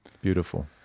Beautiful